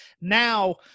Now